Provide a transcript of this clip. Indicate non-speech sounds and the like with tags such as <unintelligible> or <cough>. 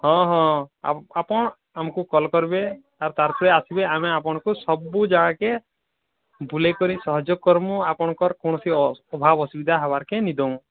ହଁ ହଁ ଆପ ଆପଣ ଆମକୁ କଲ୍ କରିବେ <unintelligible> ଆମେ ଆପଣଙ୍କୁ ସବୁ ଜାଗାକେଁ ବୁଲେଇ କରି ସହଯୋଗ କର୍ମୁ ଆପଣଙ୍କର୍ କୌଣସି ଅଭାବ ଅସୁବିଧା ହବାର୍ କେଁ ନା ଦବୁ